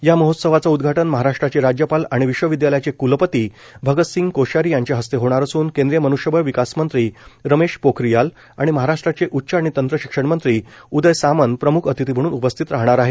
या महोत्सवाचं उदघाटन महाराष्ट्राचे राज्यपाल आणि विश्वविद्यालयाचे कुलपती भगत सिंग कोश्यारी यांच्या हस्ते होणार असून केंद्रीय मन्ष्यबळ विकास मंत्री रमेश पोखरीयाल आणि महाराष्ट्राचे उच्च आणि तंत्र शिक्षण मंत्री उदय सामंत प्रम्ख अतिथी म्हणून उपस्थित राहणार आहेत